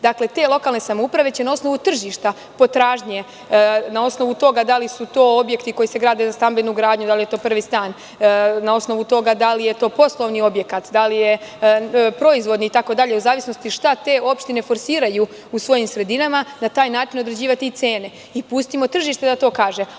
Dakle, te lokalne samouprave će na osnovu tržišta, potražnje, na osnovu toga da li su to objekti koji se grade za stambenu gradnju, da li je to prvi stan, na osnovu toga da li je to poslovni objekat, da li je proizvodni itd, u zavisnosti šta te opštine forsiraju u svojim sredinama, na taj način određivati i cene i pustimo tržište da to kaže.